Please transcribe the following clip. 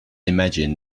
imagine